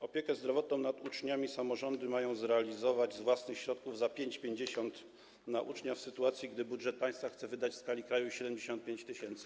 Opiekę zdrowotną nad uczniami samorządy mają zrealizować z własnych środków za 5,50 na ucznia, w sytuacji gdy budżet państwa chce wydać w skali kraju 75 tys.